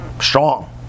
Strong